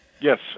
Yes